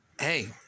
hey